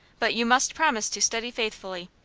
but you must promise to study faithfully.